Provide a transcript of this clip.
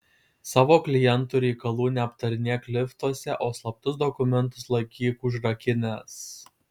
savo klientų reikalų neaptarinėk liftuose o slaptus dokumentus laikyk užrakinęs